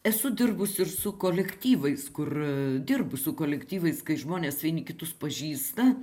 esu dirbus ir su kolektyvais kur dirbu su kolektyvais kai žmonės vieni kitus pažįsta